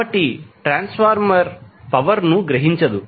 కాబట్టి transformer power ని గ్రహించదు